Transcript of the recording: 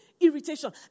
irritation